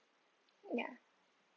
ya